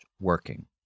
working